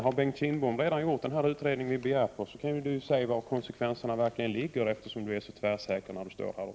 Har Bengt Kindbom redan gjort den utredning som vi begärt, kan han väl säga hurudana konsekvenserna blir, eftersom han verkar så tvärsäker.